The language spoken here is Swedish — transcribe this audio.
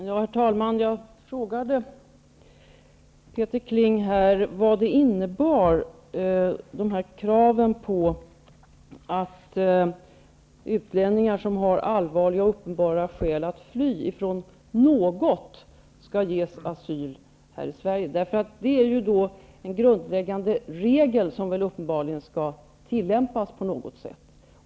Herr talman! Jag frågade Peter Kling om vad kraven på att det skall handla om ''utlänningar som har allvarliga och uppenbara skäl att fly från något'' var för att de skall ges asyl här i Sverige. Det är uppenbarligen en grundläggande regel som skall tillämpas på något sätt.